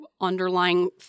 underlying